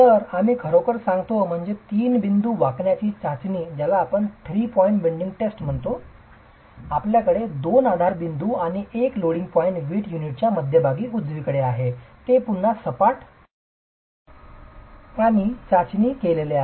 तर आम्ही खरोखर करतो ते म्हणजे तीन बिंदू वाकण्याची चाचणी आपल्याकडे दोन आधार बिंदू आणि एक लोडिंग पॉवीट वीट युनिटच्या मध्यभागी उजवीकडे आहे ते पुन्हा सपाट आणि चाचणी केलेले आहे